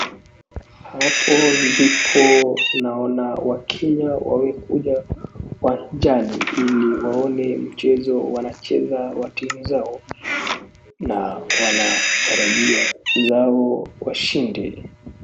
Watu ndipo naona wakiwa wamekuja uwanjani ili waone mchezo wanacheza wa timu zao na wanatarajia zao washindi.